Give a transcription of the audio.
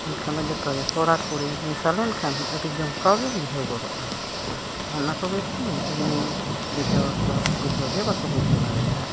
ᱢᱮᱱᱠᱷᱟᱱ ᱫᱚ ᱡᱚᱛᱚᱜᱮ ᱠᱚᱲᱟ ᱠᱩᱲᱤ ᱢᱮᱥᱟ ᱞᱮᱱᱠᱷᱟᱱ ᱟᱹᱰᱤ ᱡᱚᱢᱠᱟᱣ ᱜᱮ ᱵᱩᱡᱷᱟᱹᱣ ᱜᱚᱫᱚᱜᱼᱟ ᱚᱱᱟᱠᱚᱜᱮ ᱛᱚᱧ ᱤᱧᱢᱟᱧ ᱵᱩᱡᱷᱟᱹᱣᱟᱠᱚᱣᱟ ᱵᱩᱡᱷᱟᱹᱣᱜᱮ ᱵᱟᱠᱚ ᱵᱩᱡᱷᱟᱹᱣ ᱫᱟᱲᱮᱭᱟᱜᱼᱟ